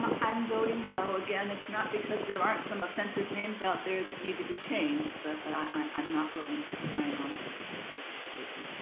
um i'm voting no, again, it's not because there aren't some offensive names out there that need to be changed but but i'm not willing to sign on to this particular statement?